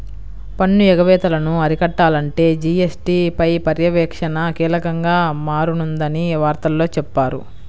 పన్ను ఎగవేతలను అరికట్టాలంటే జీ.ఎస్.టీ పై పర్యవేక్షణ కీలకంగా మారనుందని వార్తల్లో చెప్పారు